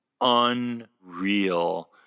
unreal